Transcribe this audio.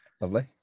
lovely